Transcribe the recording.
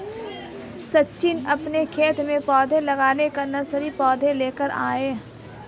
सचिन अपने खेत में पौधे लगाने के लिए नर्सरी से पौधे लेकर आया